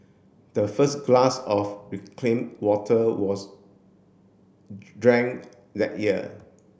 the first glass of reclaimed water was drank that year